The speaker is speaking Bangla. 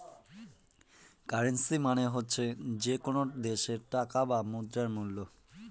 কারেন্সি মানে হচ্ছে যে কোনো দেশের টাকা বা মুদ্রার মুল্য